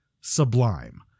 sublime